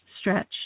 stretch